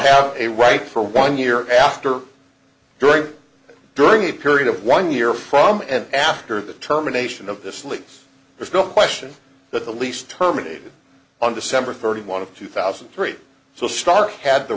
have a right for one year after during during a period of one year from and after the terminations of this lease there's no question that the lease terminated on december thirty one of two thousand and three so stark had the